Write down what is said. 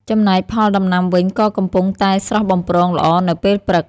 ចំណែកផលដំណាំវិញក៏កំពុងតែស្រស់បំព្រងល្អនៅពេលព្រឹក ។